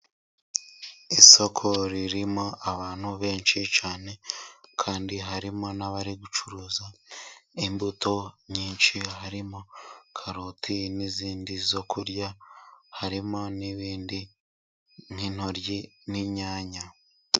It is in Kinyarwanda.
Isoko ririmo abantu benshi cyane, kandi harimo n'abari gucuruza imbuto nyinshi harimo karoti n'izindi zo kurya, harimo n'ibindi nk'intoryi n'inyanya.